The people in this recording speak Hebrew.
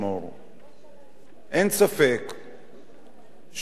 אין ספק שמאבק בגזענות